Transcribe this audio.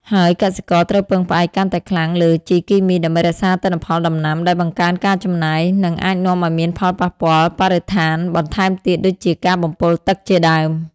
ហើយកសិករត្រូវពឹងផ្អែកកាន់តែខ្លាំងលើ ជីគីមី ដើម្បីរក្សាទិន្នផលដំណាំ ដែលបង្កើនការចំណាយ និងអាចនាំឱ្យមានផលប៉ះពាល់បរិស្ថានបន្ថែមទៀតដូចជាការបំពុលទឹកជាដើម។